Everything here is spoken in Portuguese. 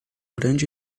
grande